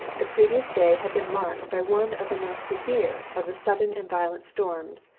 the previous day had been marked by one of the most severe of the sudden and violent storms,